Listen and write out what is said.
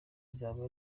izaba